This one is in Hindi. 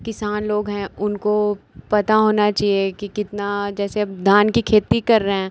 किसान लोग हैं उनको पता होना चाहिए कि कितना जैसे अब धान की खेती कर रहे हैं